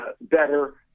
better